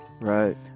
Right